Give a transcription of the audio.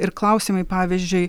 ir klausimai pavyzdžiui